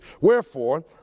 Wherefore